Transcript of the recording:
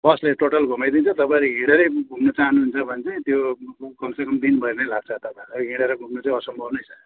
बसले टोटल घुमाइदिन्छ तपाईँ हिँडेरै घुम्नु चाहनु हुन्छ भने चाहिँ त्यो कमसेकम दिनभरि नै लाग्छ तपाईँलाई हिँडेर घुम्नु चाहिँ असम्भव नै छ